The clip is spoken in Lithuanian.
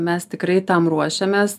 mes tikrai tam ruošiamės